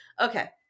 Okay